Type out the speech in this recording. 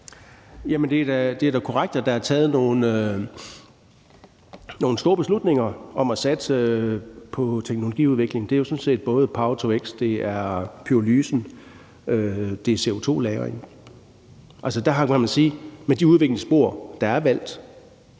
Det er korrekt, at der er taget nogle store beslutninger om at satse på teknologiudviklingen; det er jo sådan set både power-to-x, og det er pyrolyse, og det er CO2-lagring. Altså, der kan man sige, at med de udviklingsspor, der er valgt,